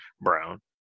brown